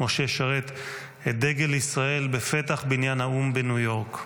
משה שרת את דגל ישראל בפתח בניין האו"ם בניו יורק.